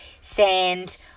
sand